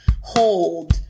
Hold